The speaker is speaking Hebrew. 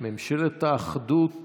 ממשלת האחדות